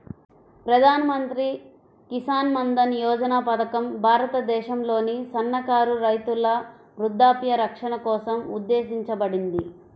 ప్రధాన్ మంత్రి కిసాన్ మన్ధన్ యోజన పథకం భారతదేశంలోని సన్నకారు రైతుల వృద్ధాప్య రక్షణ కోసం ఉద్దేశించబడింది